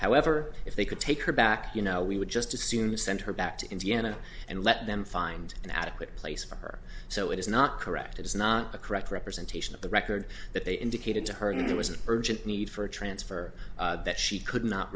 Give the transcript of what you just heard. however if they could take her back you know we would just assume send her back to indiana and let them find an adequate place for her so it is not correct it is not a correct representation of the record that they indicated to her that there was an urgent need for a transfer that she could not